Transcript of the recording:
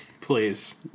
Please